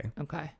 Okay